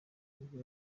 nibwo